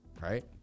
right